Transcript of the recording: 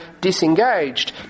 disengaged